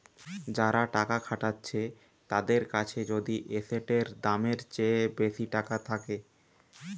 যারা টাকা খাটাচ্ছে তাদের কাছে যদি এসেটের দামের চেয়ে বেশি টাকা থাকে